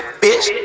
bitch